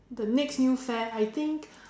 the next new fad I think